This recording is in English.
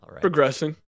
Progressing